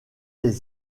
les